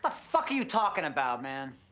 ah fuck are you talkin' about, man?